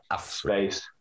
space